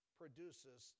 produces